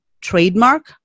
trademark